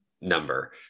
number